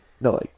No